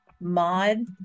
mod